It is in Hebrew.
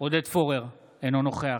עודד פורר, אינו נוכח